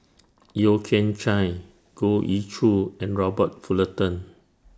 Yeo Kian Chai Goh Ee Choo and Robert Fullerton